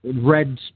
red